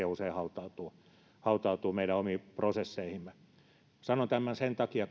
usein hautautuu hautautuu meidän omiin prosesseihimme sanon tämän sen takia